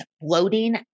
bloating